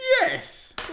Yes